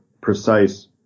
precise